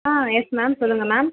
ஆ yes ma'am சொல்லுங்கள் ma'am